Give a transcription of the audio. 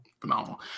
Phenomenal